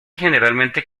generalmente